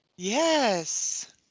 Yes